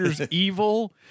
evil